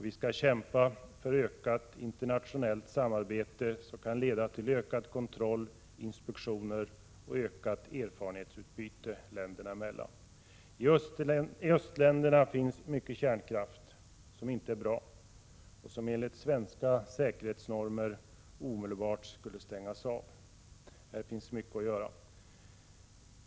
Vi skall kämpa för ökat internationellt samarbete, som kan leda till ökad kontroll, inspektioner och ökat erfarenhetsutbyte länderna emellan. I östländerna finns mycket kärnkraft som inte är bra och som enligt svenska säkerhetsnormer omedelbart skulle stängas av. Här finns mycket att göra.